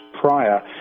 prior